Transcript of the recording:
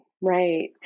right